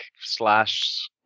slash